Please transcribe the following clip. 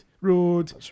Road